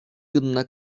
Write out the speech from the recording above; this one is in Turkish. yılına